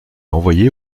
envoyés